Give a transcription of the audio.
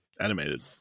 animated